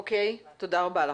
אוקיי, תודה רבה לך.